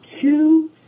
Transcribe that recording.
two